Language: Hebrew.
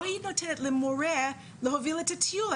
לא היית נותנת למורה להוביל את הטיול.